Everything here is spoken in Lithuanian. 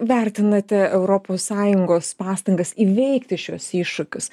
vertinate europos sąjungos pastangas įveikti šiuos iššūkius